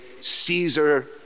Caesar